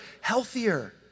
healthier